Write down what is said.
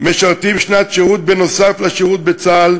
משרתים שנת שירות נוסף על השירות בצה"ל,